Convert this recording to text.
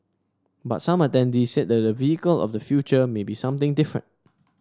but some attendees said that the vehicle of the future may be something different